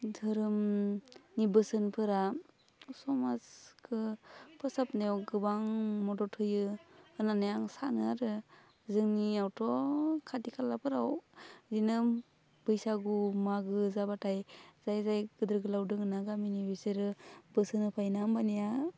धोरोमनि बोसोनफोरा समाजखौ फोसाबनायाव गोबां मदद होयो होन्नानै आं सानो आरो जोंनियावथ' खाथि खालाफोराव बिदिनो बैसागु मागो जाबाथाय जाय जाय गिदिर गोलाव दङ ना गामिनि बिसोरो बोसोन होफैयोना होमबानिया